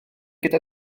gyda